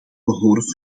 behoren